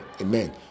Amen